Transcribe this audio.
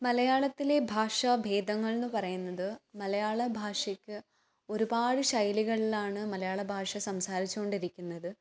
മലയാളത്തിലെ ഭാഷാഭേദങ്ങളെന്ന് പറയുന്നത് മലയാളഭാഷക്ക് ഒരുപാട് ശൈലികളിലാണ് മലയാളഭാഷ സംസാരിച്ച് കൊണ്ടിരിക്കുന്നത്